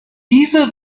diese